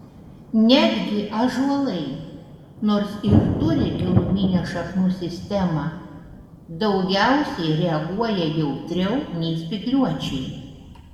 netgi ąžuolai nors ir turi giluminę šaknų sistemą daugiausiai reaguoja jautriau nei spygliuočiai